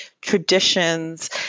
traditions